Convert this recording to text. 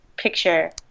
picture